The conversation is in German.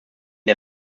der